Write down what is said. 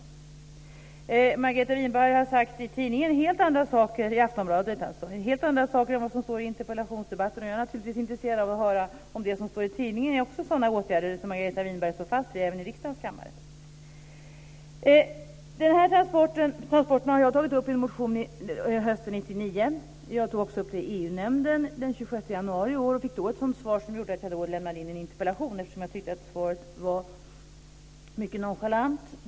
Margareta Winberg har sagt helt andra saker i Aftonbladet än vad som står i interpellationssvaret. Jag är naturligtvis intresserad av att höra om det som står i tidningen är sådana åtgärder som Margareta Winberg står fast vid även i riksdagens kammare. Jag har tagit upp dessa transporter i en motion hösten 1999. Jag tog också upp dem i EU-nämnden den 26 januari i år och fick då ett sådant svar att jag lämnade in en interpellation, eftersom jag tyckte att svaret var mycket nonchalant.